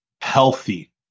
healthy